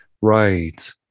right